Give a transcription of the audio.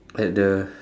at the